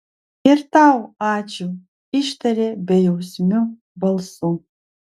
ir tau ačiū ištarė bejausmiu balsu